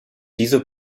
diese